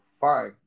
Fine